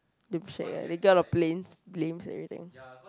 damn shack eh they get a lot of blames blames everything